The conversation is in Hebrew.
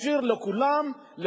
ישיר לכולם,